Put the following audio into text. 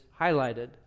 highlighted